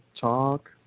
talk